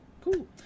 cool